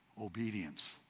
obedience